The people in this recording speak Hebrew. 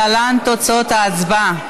להלן תוצאות ההצבעה: